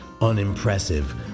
unimpressive